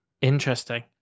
interesting